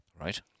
Right